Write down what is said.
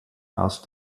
asked